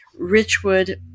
Richwood